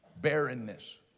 Barrenness